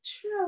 True